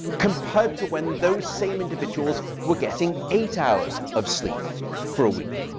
compared to when those same individuals were getting eight hours of sleep for a week.